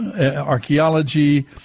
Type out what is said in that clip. archaeology